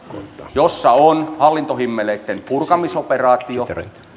jossa on hallintohimmeleitten purkamisoperaatio